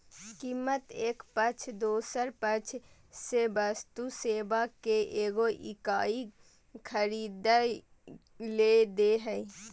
कीमत एक पक्ष दोसर पक्ष से वस्तु सेवा के एगो इकाई खरीदय ले दे हइ